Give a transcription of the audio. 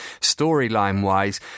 storyline-wise